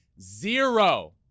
zero